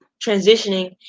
transitioning